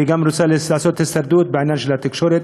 והיא גם רוצה לעשות הישרדות בעניין של התקשורת,